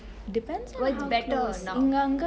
when it's better or now